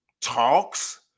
talks